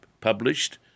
published